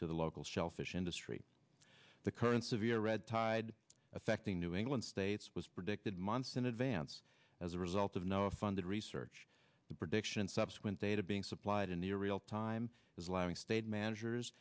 to the local shellfish industry the current severe red tide affecting new england states was predicted months in advance as a result of noah funded research the prediction subsequent data being supplied in the real time is landing stage managers